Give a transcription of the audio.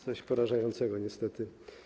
Coś porażającego, niestety.